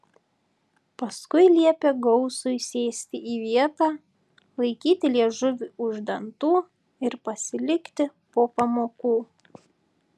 paskui liepė gausui sėsti į vietą laikyti liežuvį už dantų ir pasilikti po pamokų